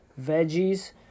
veggies